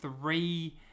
Three